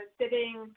sitting